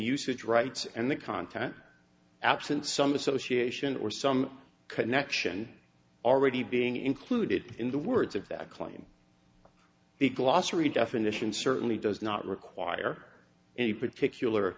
usage rights and the content absent some association or some connection already being included in the words of that claim the glossary definition certainly does not require any particular